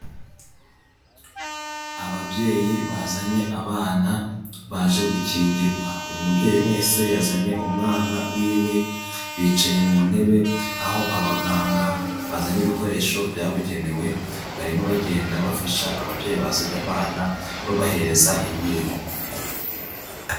Ababyeyi bazanye abana baje gukingirwa, buri mubyeyi wese yazanye umwana wiwe bicaye mu ntebe aho abaganga bazanye ibikoresho byabugenewe barimo bagenda bafasha ababyeyi bazanye abana babahereza inkingo.